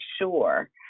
sure